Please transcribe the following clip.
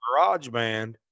GarageBand